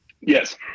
Yes